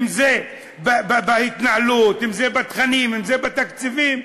אם בהתנהלות, אם בתכנים, אם בתקציבים.